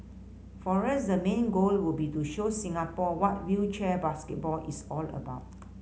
for us the main goal would be to show Singapore what wheelchair basketball is all about